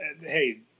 hey